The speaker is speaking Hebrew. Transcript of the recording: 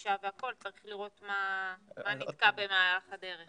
הנגשה והכול, צריך לראות מה נתקע במהלך הדרך.